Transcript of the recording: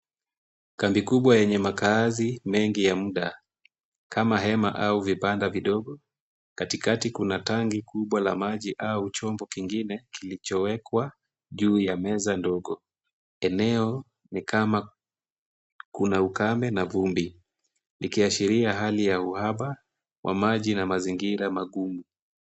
Kambi kubwa yenye makaazi mengi ya muda, kama hema au vibanda vidogo. Katikati kuna tanki kubwa la maji, au chombo kingine kilichowekwa juu ya meza ndogo. Eneo ni kama kuna ukame na vumbi, likiashiria hali ya uhaba wa maji na mazingira magumu.